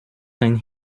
kein